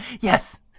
Yes